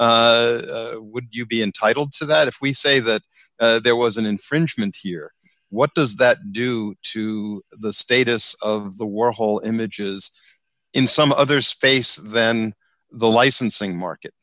would you be entitled so that if we say that there was an infringement here what does that do to the status of the warhol images in some other space then the licensing market